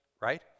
Right